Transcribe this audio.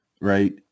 right